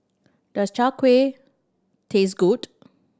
does Chai Kueh taste good